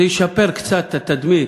זה ישפר קצת את התדמית,